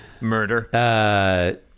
Murder